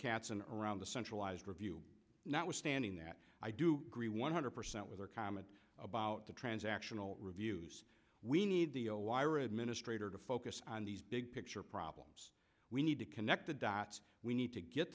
katz and around the centralized review notwithstanding that i do agree one hundred percent with our comment about the transactional reviews we need the zero wire administrator to focus on these big picture problems we need to connect the dots we need to get